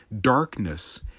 darkness